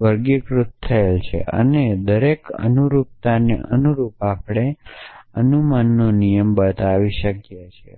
વર્ગીકૃત થયેલ છે અને દરેક અનુરૂપતાને અનુરૂપ આપણે અનુમાનનો નિયમ બનાવી શકીએ છીએ